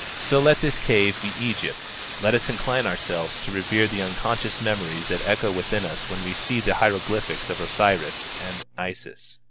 so let this cave be egypt, let us incline ourselves to revere the unconscious memories that echo within us when we see the hieroglyphics of osiris, and isis.